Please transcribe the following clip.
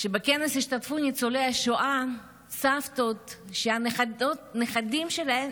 שבו השתתפו ניצולי השואה, סבתות שהנכדים שלהן